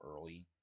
early